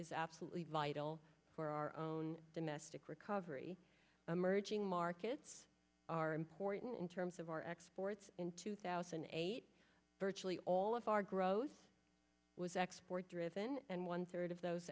is absolutely vital for our own domestic recovery emerging markets are important in terms of our exports in two thousand and eight burchill all of our growth was export driven and one third of those